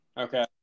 okay